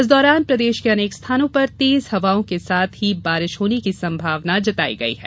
इस दौरान प्रदेश के अनेक स्थानों पर तेज हवाओं के साथ वर्षा होने की संभावना जताई गयी है